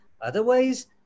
Otherwise